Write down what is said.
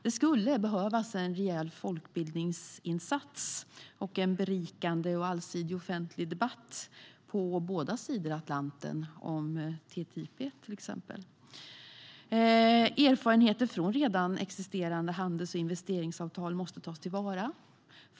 Det skulle behövas en rejäl folkbildningsinsats och en berikande och allsidig offentlig debatt på båda sidor Atlanten om till exempel TTIP. Erfarenheter från redan existerande handels och investeringsavtal måste tas till vara.